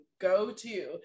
go-to